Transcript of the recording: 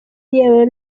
yewe